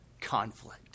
conflict